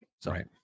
sorry